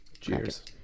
cheers